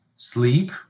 sleep